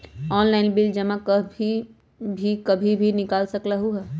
Online bill जमा कहीं भी कभी भी बिल निकाल सकलहु ह?